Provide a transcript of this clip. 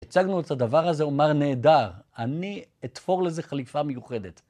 הצגנו את הדבר הזה, אומר נהדר, אני אתפור לזה חליפה מיוחדת.